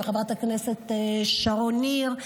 ועם חברת הכנסת שרון ניר,